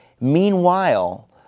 Meanwhile